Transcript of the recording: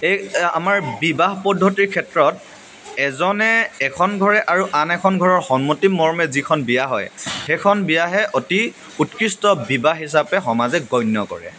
এই আমাৰ বিবাহ পদ্ধতিৰ ক্ষেত্ৰত এজনে এখন ধৰে আৰু আন এখন ঘৰৰ সন্মতিমৰ্মে যিখন বিয়া হয় সেইখন বিয়াহে অতি উৎকৃষ্ট বিবাহ হিচাপে সমাজে গণ্য কৰে